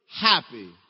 happy